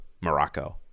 Morocco